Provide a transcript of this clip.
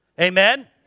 Amen